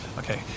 Okay